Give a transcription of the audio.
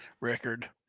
record